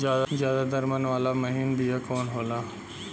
ज्यादा दर मन वाला महीन बिया कवन होला?